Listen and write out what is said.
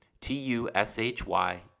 T-U-S-H-Y